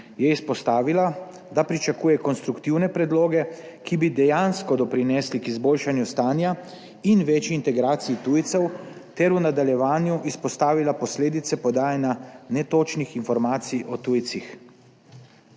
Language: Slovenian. je izpostavila, da pričakuje konstruktivne predloge, ki bi dejansko doprinesli k izboljšanju stanja in večji integraciji tujcev ter v nadaljevanju izpostavila posledice podajanja netočnih informacij o tujcih.